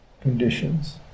conditions